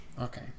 Okay